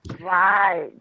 Right